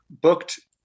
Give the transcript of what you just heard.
booked